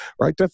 right